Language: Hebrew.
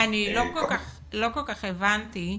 לא כל כך הבנתי.